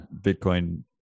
Bitcoin